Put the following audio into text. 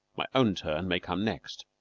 my own turn may come next.